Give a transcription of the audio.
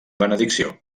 benedicció